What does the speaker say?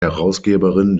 herausgeberin